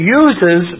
uses